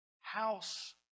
house